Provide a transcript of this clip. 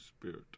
Spirit